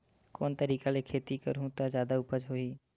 कोन तरीका ले खेती करहु त जादा उपज होही?